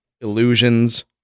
illusions